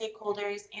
stakeholders